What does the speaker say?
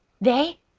they?